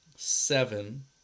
seven